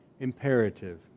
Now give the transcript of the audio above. imperative